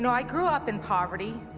and i grew up in poverty.